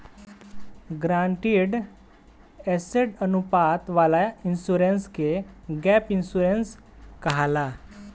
guaranteed asset अनुपात वाला insurance के गैप इंश्योरेंस कहाला